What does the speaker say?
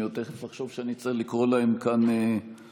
אני עוד תכף אחשוב שאני צריך לקרוא להם כאן לדבר,